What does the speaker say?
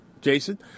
Jason